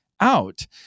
out